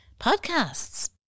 podcasts